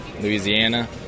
Louisiana